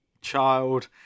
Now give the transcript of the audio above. child